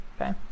okay